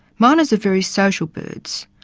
miners are very social birds,